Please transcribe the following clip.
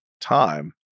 time